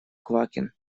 квакин